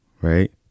right